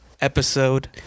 episode